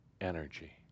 energy